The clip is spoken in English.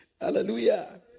Hallelujah